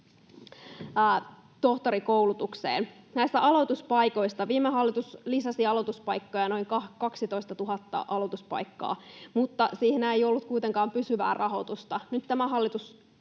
tohtorikoulutukseen. Näistä aloituspaikoista: Viime hallitus lisäsi aloituspaikkoja noin 12 000 aloituspaikkaa, mutta siihenhän ei ollut kuitenkaan pysyvää rahoitusta. Nyt tämä hallitus